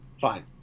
Fine